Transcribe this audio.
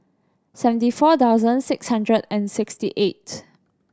seventy four thousand six hundred and sixty eight